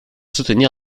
soutenir